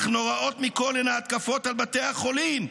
אך נוראות מכול הן ההתקפות על בתי החולים,